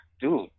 Dude